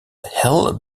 heel